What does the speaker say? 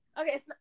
okay